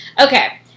Okay